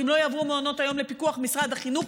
אם לא יעברו מעונות היום לפיקוח משרד החינוך,